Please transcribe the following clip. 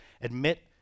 admit